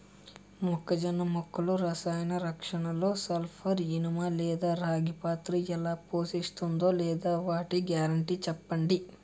మొక్కజొన్న మొక్కల రసాయన రక్షణలో సల్పర్, ఇనుము లేదా రాగి పాత్ర ఎలా పోషిస్తుందో లేదా వాటి గ్యారంటీ చెప్పండి